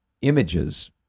images